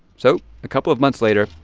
so a couple of months later,